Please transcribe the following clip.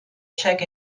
check